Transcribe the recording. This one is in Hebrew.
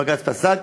בג"ץ פסק,